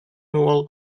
уол